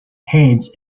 heads